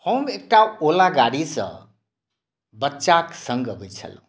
हम एकटा ओला गाड़ीसँ बच्चाक सङ्ग अबैत छलहुँ